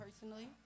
personally